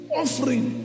offering